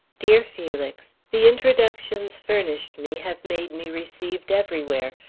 dear felix the introductions furnished me have made me received everywhere.